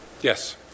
Yes